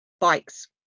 bikes